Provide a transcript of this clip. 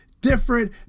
Different